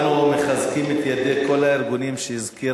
אנחנו מחזקים את ידי כל הארגונים שהזכירה